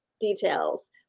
details